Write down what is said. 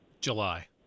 July